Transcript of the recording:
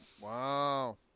Wow